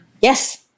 Yes